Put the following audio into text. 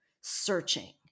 searching